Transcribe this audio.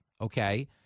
Okay